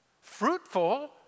fruitful